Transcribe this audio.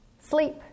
Sleep